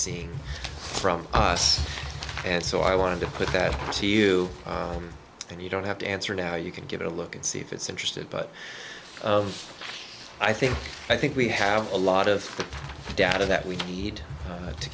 seeing from us and so i want to put that to you and you don't have to answer now you can get a look and see if it's interested but of i think i think we have a lot of data that we need to